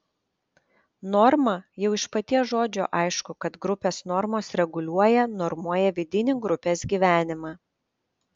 norma jau iš paties žodžio aišku kad grupės normos reguliuoja normuoja vidinį grupės gyvenimą